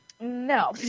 No